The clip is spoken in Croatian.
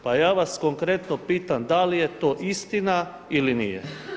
Pa ja vas konkretno pitam da li je to istina ili nije?